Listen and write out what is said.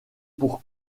pour